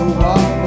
walk